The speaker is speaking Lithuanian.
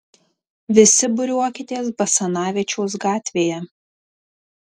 visi būriuokitės basanavičiaus gatvėje